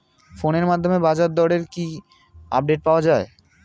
ফোনের মাধ্যমে বাজারদরের কি আপডেট পাওয়া যায়?